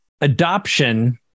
adoption